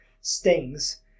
stings